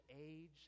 age